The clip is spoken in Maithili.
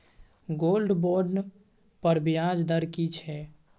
गोल्ड बोंड पर ब्याज दर की छै?